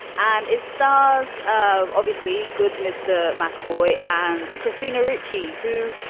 and it stars, ah obviously good. mr. mcavoy and christina richie, who,